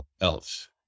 else